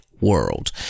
world